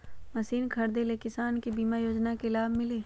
Machine खरीदे ले किसान के बीमा योजना के लाभ मिली?